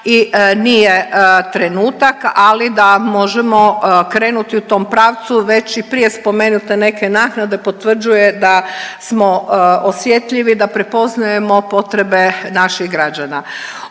i nije trenutak, ali da možemo krenuti u tom pravcu već i prije spomenute neke naknade, potvrđuje da smo osjetljivi, da prepoznajemo potrebe naših građana.